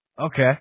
Okay